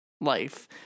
life